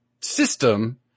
system